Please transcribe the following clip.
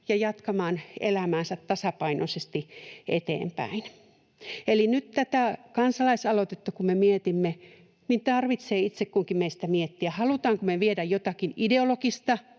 ja jatkamaan elämäänsä tasapainoisesti eteenpäin. Eli kun me nyt tätä kansalaisaloitetta mietimme, niin tarvitsee itse kunkin meistä miettiä, haluammeko me viedä jotakin ideologista